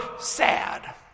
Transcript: sad